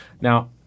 Now